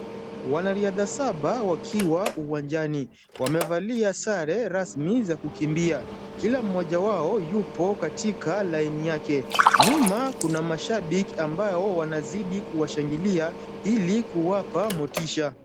Wanariadha saba wakiwa uwanjani wamevalia sare rasmi za kukimbia. Kila mmoja wao yupo katika laini yake. Nyuma kuna mashabiki ambao wanazidi kuwashangilia ili kuwapa motisha.